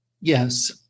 Yes